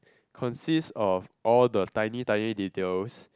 consists of all the tiny tiny details